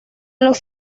los